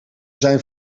zijn